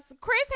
chris